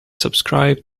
subscribe